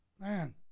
man